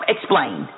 Explain